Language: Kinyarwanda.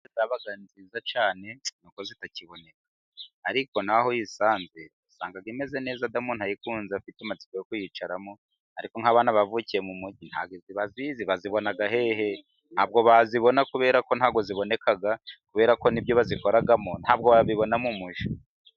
Zabaga nziza cyane ni uko zitakiboneka, ariko n'aho uyisanze, usanga imeze neza da umuntu ayikunze afite amatsiko yo kuyicaramo. Ariko nk'abana bavukiye mu mugi ntabwo izi bazizi, bazibona hehe? Ntabwo bazibona kubera ko ntabwo ziboneka, kubera ko n'ibyo bazikoramo ntabwo wabibona mu mujyi.